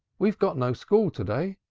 we've got no school to-day.